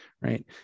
right